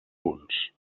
punts